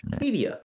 media